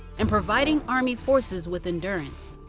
and providing army forces with endurance.